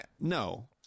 No